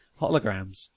Holograms